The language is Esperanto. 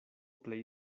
plej